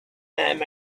them